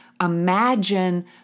imagine